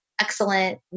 excellent